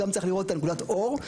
צריך לראות גם את נקודת האור,